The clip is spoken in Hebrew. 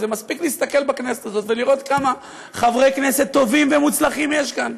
מספיק להסתכל בכנסת הזאת ולראות כמה חברי כנסת טובים ומוצלחים יש כאן.